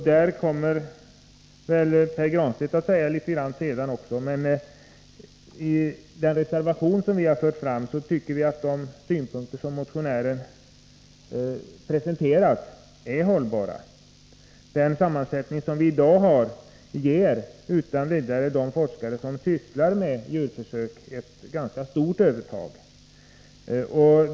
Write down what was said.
Detta kommer Pär Granstedt att ta upp senare i debatten. I reservation 4 för vi fram vår uppfattning, att de synpunkter som motionärerna presenterar är hållbara. Den sammansättning som de etiska nämnderna har i dag ger utan tvivel de forskare som sysslar med djurförsök ett ganska stort övertag.